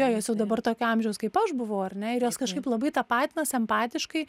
jo jos jau dabar tokio amžiaus kaip aš buvau ar ne ir jos kažkaip labai tapatinosi empatiškai